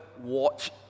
watch